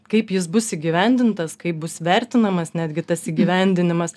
kaip jis bus įgyvendintas kaip bus vertinamas netgi tas įgyvendinimas